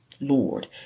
Lord